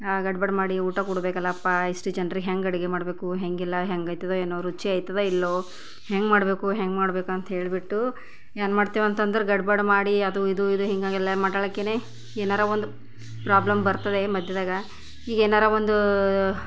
ಗಡ್ಬಿಡಿ ಮಾಡಿ ಊಟ ಕೊಡ್ಬೇಕಲ್ಲಪ್ಪ ಇಷ್ಟು ಜನ್ರಿಗೆ ಹೆಂಗೆ ಅಡುಗೆ ಮಾಡಬೇಕು ಹೇಗಿಲ್ಲ ಹೆಂಗೆ ಆಯ್ತದ ಏನೋ ರುಚಿ ಆಯ್ತದ ಇಲ್ಲೋ ಹೆಂಗೆ ಮಾಡಬೇಕು ಹೆಂಗೆ ಮಾಡ್ಬೇಕು ಅಂತ ಹೇಳಿಬಿಟ್ಟು ಏನು ಮಾಡ್ತೀವಿ ಅಂತಂದ್ರೆ ಗಡ್ಬಡಿ ಮಾಡಿ ಅದು ಇದು ಇದು ಹೀಗಾಗೆಲ್ಲ ಮಾಡಳಕ್ಕಿನೆ ಏನಾರ ಒಂದು ಪ್ರೊಬ್ಲೆಮ್ ಬರ್ತದೆ ಮಧ್ಯದಾಗ ಈಗ ಏನಾರ ಒಂದು